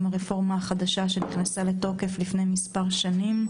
עם הרפורמה החדשה שנכנסה לתוקף לפני מספר שנים,